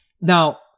Now